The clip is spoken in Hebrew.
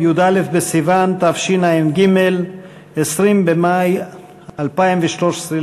בסיוון התשע"ג (20 במאי 2013)